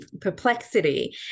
perplexity